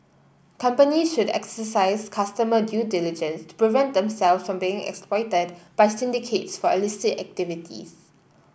company should exercise customer due diligence to prevent themselves from being exploited by syndicates for illicit activities